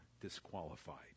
disqualified